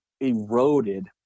eroded